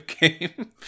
game